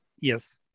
Yes